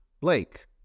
Blake